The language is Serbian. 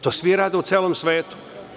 To svi rade u celom svetu.